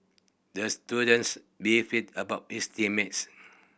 the students beefed about his team mates